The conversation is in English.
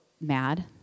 mad